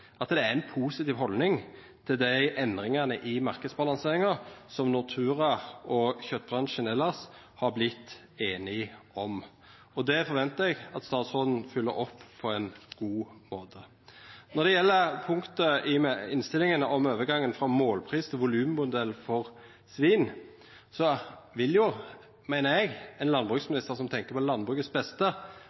at det er ei positiv haldning til dei endringane i marknadsbalanseringa som Nortura og kjøtbransjen elles har vorte einige om. Det forventar eg at statsråden følgjer opp på ein god måte. Når det gjeld punktet i innstillinga om overgangen frå målpris til volummodell for svin, meiner eg at ein landbruksminister som tenkjer på det beste